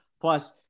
plus